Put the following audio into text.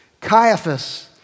Caiaphas